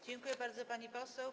Dziękuję bardzo, pani poseł.